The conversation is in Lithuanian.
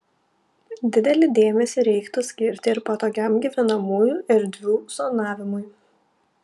didelį dėmesį reiktų skirti ir patogiam gyvenamųjų erdvių zonavimui